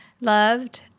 loved